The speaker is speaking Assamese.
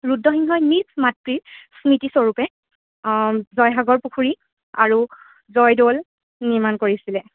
ৰুদ্ৰসিংহই নিজ মাতৃৰ স্মৃতিস্বৰূপে জয়সাগৰ পুখুৰী আৰু জয়দৌল নিৰ্মাণ কৰিছিলে